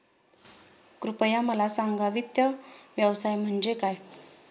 कृपया मला सांगा वित्त व्यवसाय म्हणजे काय?